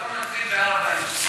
השלום מתחיל בהר-הבית.